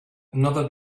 another